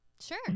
Sure